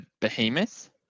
Behemoth